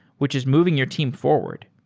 which is moving your team forward.